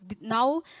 Now